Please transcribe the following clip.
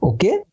Okay